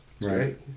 Right